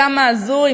כמה הזוי,